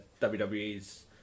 WWE's